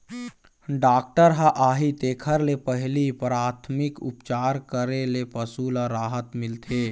doctor ह आही तेखर ले पहिली पराथमिक उपचार करे ले पशु ल राहत मिलथे